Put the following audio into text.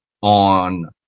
on